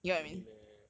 really meh